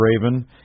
Raven